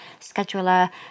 scheduler